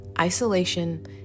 isolation